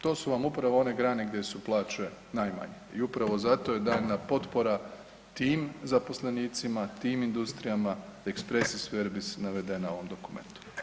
To su vam upravo one grane gdje su plaće najmanje i upravo zato je daljnja potpora tim zaposlenicima, tim industrijama expressis verbis navedena u ovom dokumentu.